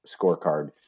scorecard